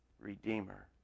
Redeemer